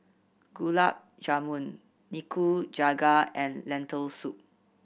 Gulab Jamun Nikujaga and Lentil Soup